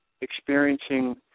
experiencing